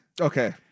Okay